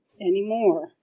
anymore